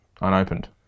unopened